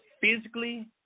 physically